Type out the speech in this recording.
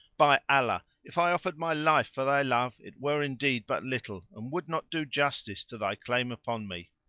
by allah, if i offered my life for thy love, it were indeed but little and would not do justice to thy claim upon me.